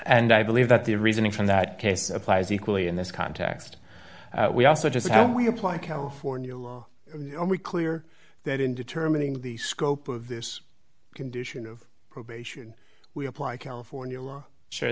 and i believe that the reasoning from that case applies equally in this context we also just how we apply california law we clear that in determining the scope of this condition of probation we apply california law sure